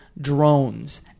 drones